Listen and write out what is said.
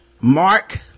Mark